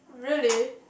really